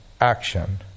action